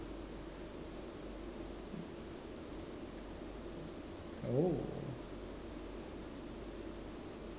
oh